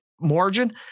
margin